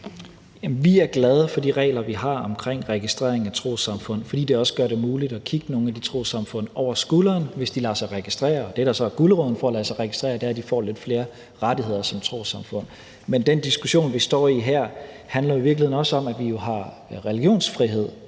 glade for de regler, vi har om registrering af trossamfund, fordi det også gør det muligt at kigge nogle af de trossamfund over skulderen, hvis de lader sig registrere. Det, der så er guleroden for at lade sig registrere, er, at de får lidt flere rettigheder som trossamfund. Men den diskussion, vi står i her, handler jo i virkeligheden også om, at vi har religionsfrihed